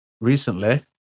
recently